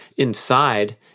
inside